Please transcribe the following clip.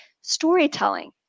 storytelling